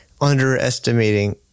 underestimating